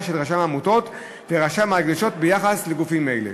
של רשם העמותות ורשם ההקדשות ביחס לגופים אלה.